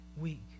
week